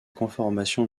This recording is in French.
conformation